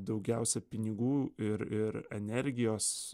daugiausia pinigų ir ir energijos